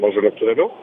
mažu lėktuvėliu